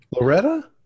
Loretta